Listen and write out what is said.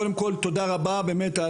קודם כל תודה רבה באמת,